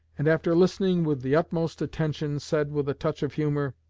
and after listening with the utmost attention, said, with a touch of humor